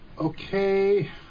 Okay